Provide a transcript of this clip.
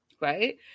right